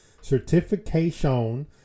certification